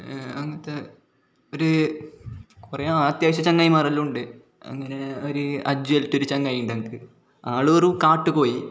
അങ്ങനത്തെ ഒരു കു റേ ആത്യാവഴ്യം ചങ്ങാതിരെല്ലാം ഉണ്ട് അങ്ങനെ ഒരു അജ്ജ്വൽ പറഞ്ഞിട്ടൊരു ചങ്ങാതി ഉണ്ട് എനിക്ക് ആളൊരു കാട്ടു കോഴി